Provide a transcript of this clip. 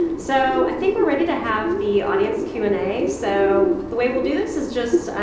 so, i think we're ready to have the audience q and a so the way we'll do this is just,